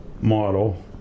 model